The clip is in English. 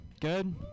Good